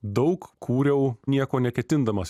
daug kūriau nieko neketindamas iš